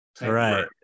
Right